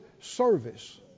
service